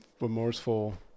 remorseful